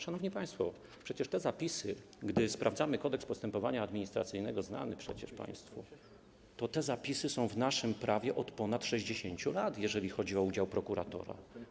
Szanowni państwo, przecież te zapisy, gdy sprawdzamy Kodeks postępowania administracyjnego, znany przecież państwu, są w naszym prawie od ponad 60 lat, jeśli chodzi o udział prokuratora.